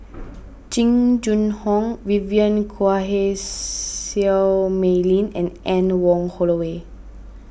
Jing Jun Hong Vivien Quahe Seah Mei Lin and Anne Wong Holloway